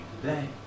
today